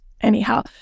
anyhow